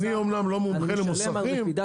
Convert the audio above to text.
אני אמנם לא מומחה למוסכים